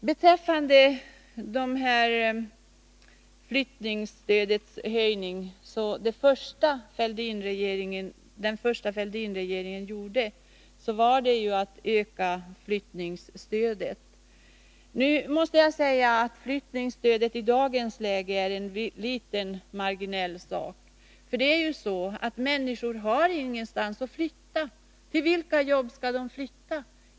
Beträffande flyttningsstödet var det första som den första Fälldinregeringen gjorde att höja flyttningsstödet. Nu måste jag säga att flyttningsstödet i dagens läge är en liten marginell sak. Människorna har ju ingenstans att flytta. Till vilka jobb skall de flytta?